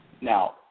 Now